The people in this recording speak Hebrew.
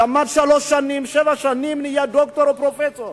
שלוש שנים, שבע שנים, נהיה דוקטור או פרופסור,